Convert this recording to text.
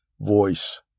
voice